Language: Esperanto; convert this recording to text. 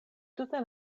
tute